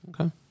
Okay